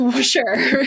sure